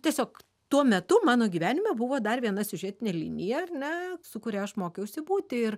tiesiog tuo metu mano gyvenime buvo dar viena siužetinė linija ar ne su kuria aš mokiausi būti ir